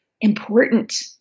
important